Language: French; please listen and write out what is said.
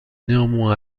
néanmoins